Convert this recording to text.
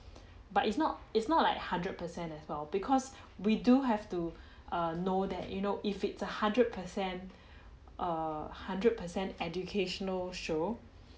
but it's not it's not like hundred percent as well because we do have to err know that you know if it's a hundred percent err hundred percent educational show